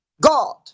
God